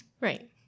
right